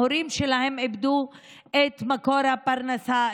ההורים שלהם איבדו את מקור הפרנסה,